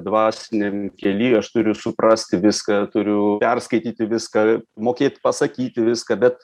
dvasiniam kely aš turiu suprasti viską turiu perskaityti viską mokėt pasakyti viską bet